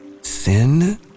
sin